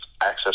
access